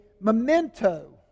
memento